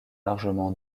largement